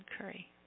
Curry